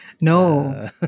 No